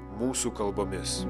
mūsų kalbomis